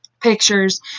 pictures